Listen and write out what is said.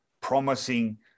promising